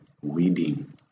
weeding